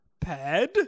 pad